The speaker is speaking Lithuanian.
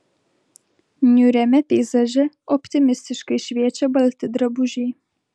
niūriame peizaže optimistiškai šviečia balti drabužiai